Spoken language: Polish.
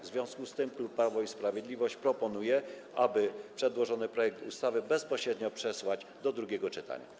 W związku z tym klub Prawo i Sprawiedliwość proponuje, aby przedłożony projekt ustawy bezpośrednio przesłać do drugiego czytania.